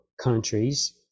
countries